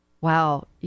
Wow